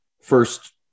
first